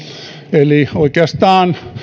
eli oikeastaan